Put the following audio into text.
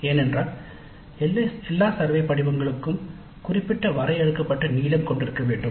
ஏனென்றால் எல்லா சர்வே படிவங்களுக்கும் குறிப்பிட்ட வரையறுக்கப்பட்ட நீளம் கொண்டிருக்க வேண்டும்